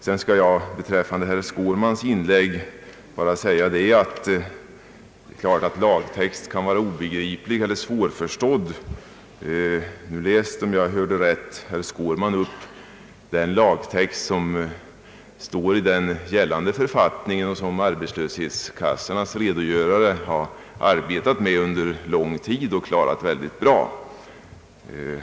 Med anledning av herr Skårmans inlägg vill jag bara säga att det är klart att lagtext kan vara obegriplig eller svårförståelig. Om jag hörde rätt, läste herr Skårman upp den ändrade lagtext som redan står i gällande författning, vilken arbetslöshetskassornas redogörare har arbetat med under lång tid och klarat mycket bra.